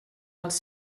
els